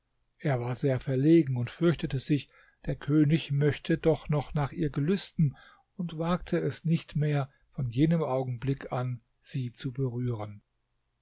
er war sehr verlegen und fürchtete sich der könig möchte doch noch nach ihr gelüsten und wagte es nicht mehr von jenem augenblick an sie zu berühren